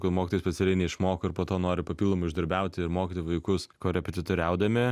kad mokytojai specialiai neišmoko ir po to nori papildomai uždarbiauti ir mokyti vaikus korepetitoriaudami